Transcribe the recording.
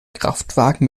kraftwagen